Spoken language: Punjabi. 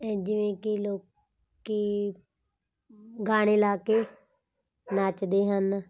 ਜਿਵੇਂ ਕਿ ਲੋਕ ਗਾਣੇ ਲਗਾ ਕੇ ਨੱਚਦੇ ਹਨ